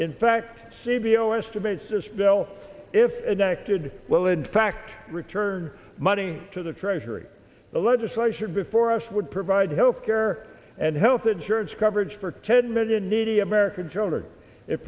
in fact cvo estimates this bill if it acted well in fact return money to the treasury the legislation before us would provide health care and health insurance coverage for ten million needy american children it